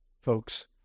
Folks